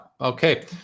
okay